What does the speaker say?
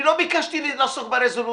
אני לא ביקשתי לעסוק ברזולוציות.